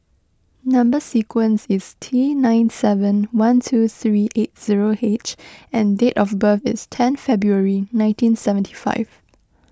Number Sequence is T nine seven one two three eight zero H and date of birth is ten February nineteen seventy five